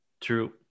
True